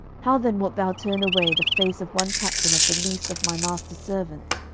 how then wilt thou turn away the face of one captain of the least of my master's servants,